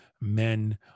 men